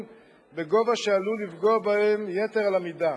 בגובה שעלול לפגוע בהם יתר על המידה